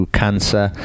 cancer